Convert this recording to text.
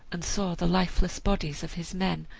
and saw the lifeless bodies of his men,